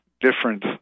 different